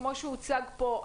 כמו שהוצג פה,